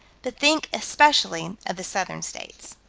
but think especially of the southern states.